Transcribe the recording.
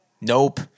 Nope